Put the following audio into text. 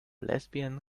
lesbian